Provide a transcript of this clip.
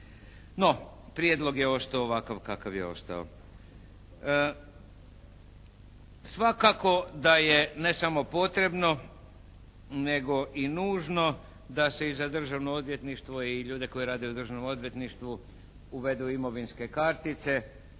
No prijedlog je ostao ovakav kakav je ostao. Svakako da je ne samo potrebno nego i nužno da se i za Državno odvjetništvo i ljude koji rade u Državnom odvjetništvu uvedu imovinske kartice,